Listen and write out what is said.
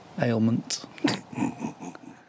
ailment